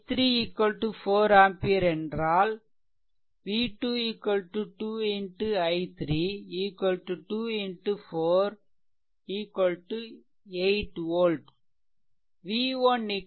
i3 4 ampere என்றால் v2 2 i3 2 4 8 volt